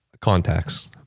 contacts